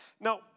Now